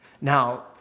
Now